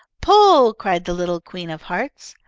pull! cried the little queen of hearts.